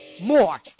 More